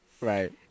right